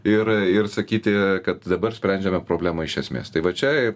ir ir sakyti kad dabar sprendžiame problemą iš esmės tai va čia